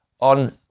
on